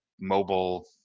mobile